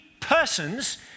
persons